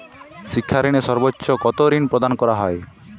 শিক্ষা ঋণে সর্বোচ্চ কতো ঋণ প্রদান করা হয়?